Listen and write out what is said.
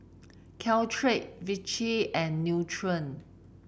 Caltrate Vichy and Nutren